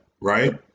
right